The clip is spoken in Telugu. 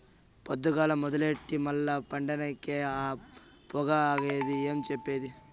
పొద్దుగాల మొదలెట్టి మల్ల పండినంకే ఆ పొగ ఆగేది ఏం చెప్పేది